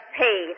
pay